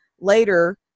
later